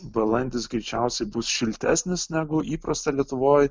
balandis greičiausiai bus šiltesnis negu įprasta lietuvoj